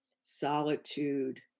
solitude